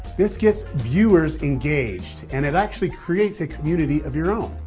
this gets viewers engaged and it actually creates a community of your own.